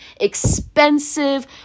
expensive